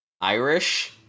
Irish